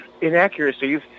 inaccuracies